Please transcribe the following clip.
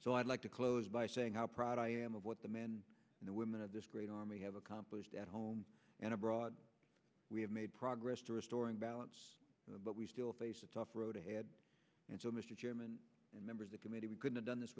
so i'd like to close by saying how proud i am of what the men and women of this great army have accomplished at home and abroad we have made progress to restoring balance but we still face a tough road ahead and so mr chairman member of the committee we could have done this